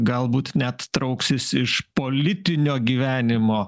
galbūt net trauksis iš politinio gyvenimo